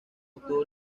obtuvo